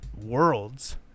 worlds